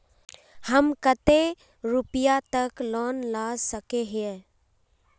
हम कते रुपया तक लोन ला सके हिये?